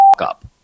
up